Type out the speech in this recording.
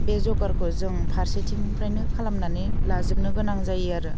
बे जगारखौ जों फारसेथिंनिफ्रायनो खालामनानै लाजोबनो गोनां जायो आरो